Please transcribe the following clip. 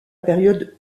période